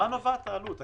ממה נובעת העלות?